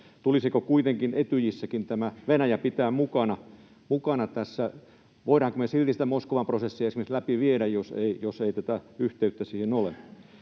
tulisiko kuitenkin Etyjissä Venäjäkin pitää mukana? Voidaanko me silti esimerkiksi sitä Moskovan prosessia läpi viedä, jos ei tätä yhteyttä siihen ole?